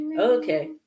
okay